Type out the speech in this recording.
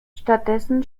stattdessen